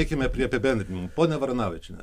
eikime prie apibendrinimų ponia varanavičiene